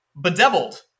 bedeviled